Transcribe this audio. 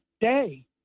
day